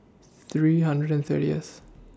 three hundred and thirtieth